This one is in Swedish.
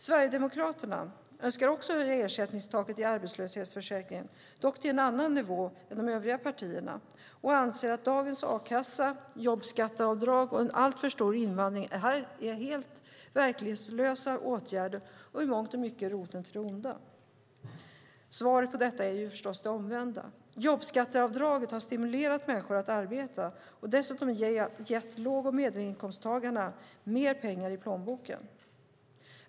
Sverigedemokraterna önskar också höja ersättningstaket i arbetslöshetsförsäkringen, dock till en annan nivå än de övriga partierna, och anser att dagens a-kassa, jobbskatteavdrag och en alltför stor invandring är helt verkningslösa åtgärder och i mångt och mycket roten till det onda. Svaret på detta är förstås det omvända. Jobbskatteavdraget har stimulerat människor att arbeta och dessutom gett låg och medelinkomsttagarna mer pengar i plånboken.